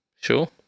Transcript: Sure